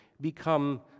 become